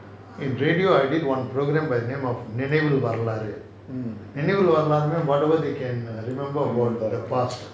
in radio I did one programme by name of நினைவிகளின் வரலாறு:ninaivigalin varalaru whatever they can remember about the past